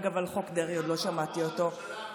אגב, על חוק דרעי עוד לא שמעתי אותו מתנצל.